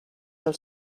del